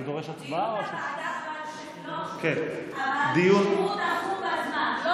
דיון בוועדה, אבל, תחום בזמן.